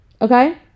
okay